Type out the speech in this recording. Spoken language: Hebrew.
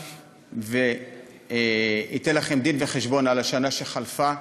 כאן ואתן לכם דין-וחשבון על השנה שחלפה,